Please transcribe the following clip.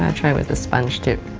ah try with the sponge tip.